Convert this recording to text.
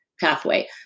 pathway